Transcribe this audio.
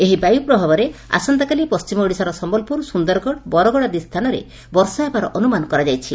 ଏହି ବାୟ ପ୍ରଭାବରେ ଆସନ୍ତାକାଲି ପଣିମ ଓଡ଼ିଶାର ସନ୍ୟଲପୁର ସୁନ୍ଦରଗଡ଼ ବରଗଡ଼ ଆଦି ସ୍ସାନରେ ବର୍ଷା ହେବାର ଅନୁମାନ କରାଯାଇଛି